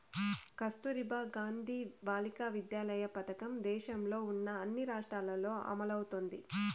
కస్తుర్బా గాంధీ బాలికా విద్యాలయ పథకం దేశంలో ఉన్న అన్ని రాష్ట్రాల్లో అమలవుతోంది